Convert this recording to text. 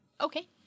Okay